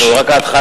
זו רק ההתחלה,